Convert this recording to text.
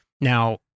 now